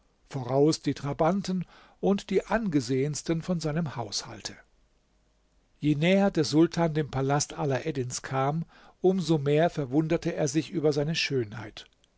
voraus die trabanten und die angesehensten von seinem haushalte je näher der sultan dem palast alaeddins kam um so mehr verwunderte er sich über seine schönheit